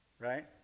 Right